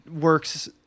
works